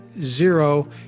zero